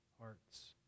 hearts